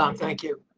um thank you.